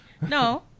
No